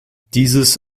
dieses